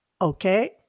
Okay